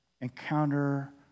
encounter